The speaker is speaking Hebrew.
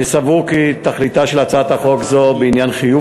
אני סבור כי תכליתה של הצעת חוק זו בעניין חיוב